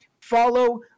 follow